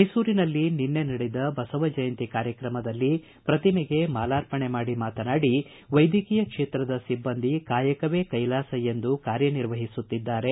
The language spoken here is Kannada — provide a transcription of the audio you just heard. ಮೈಸೂರಿನಲ್ಲಿ ನಿನ್ನೆ ನಡೆದ ಜಗಜ್ಕೋತಿ ಬಸವ ಜಯಂತಿ ಕಾರ್ಯಕ್ರಮದಲ್ಲಿ ಪ್ರತಿಮೆಗೆ ಮಾಲಾರ್ಪಣೆ ಮಾಡಿ ಮಾತನಾಡಿ ವೈದ್ಯಕೀಯ ಕ್ಷೇತ್ರದ ಸಿಬ್ಬಂದಿ ಕಾಯಕವೇ ಕೈಲಾಸ ಎಂದು ಕಾರ್ಯ ನಿರ್ವಹಿಸುತ್ತಿದ್ದಾರೆ